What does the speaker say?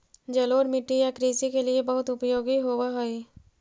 जलोढ़ मिट्टी या कृषि के लिए बहुत उपयोगी होवअ हई